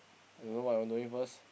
I don't know what I want to eat first